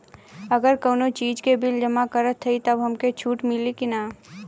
अगर कउनो चीज़ के बिल जमा करत हई तब हमके छूट मिली कि ना?